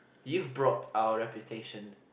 you've brought our reputation